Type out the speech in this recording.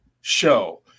show